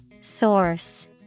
Source